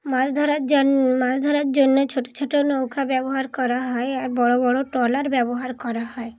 মাছ ধরার জোন মাছ ধরার জন্যে ছোট ছোট নৌকা ব্যবহার করা হয় আর বড় বড় ট্রলার ব্যবহার করা হয়